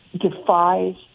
defies